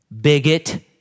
bigot